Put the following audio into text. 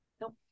Nope